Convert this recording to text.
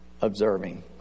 observing